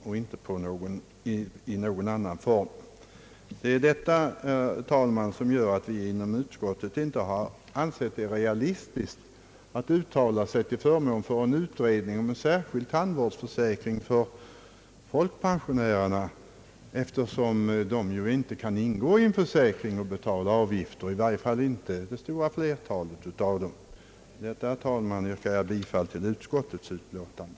Vad jag nu anfört, herr talman, har varit anledningen till att vi inom utskottet inte har ansett det realistiskt att uttala oss till förmån för en utredning om en särskild tandvårdsförsäkring för folkpensionärerna, eftersom de ju inte kan ingå i en försäkring och betala avgifter — i varje fall inte det stora flertalet av dem. Med detta, herr talman, yrkar jag bifall till utskottets utlåtande.